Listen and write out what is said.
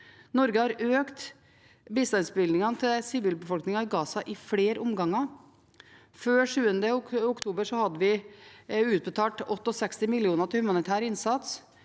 Norge har økt bistandsbevilgningene til sivilbefolkningen i Gaza i flere omganger. Før 7. oktober hadde vi utbetalt 68 mill. kr til humanitær innsats.